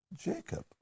Jacob